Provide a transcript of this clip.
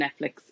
Netflix